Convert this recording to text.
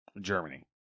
Germany